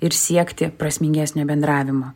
ir siekti prasmingesnio bendravimo